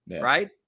Right